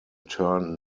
turn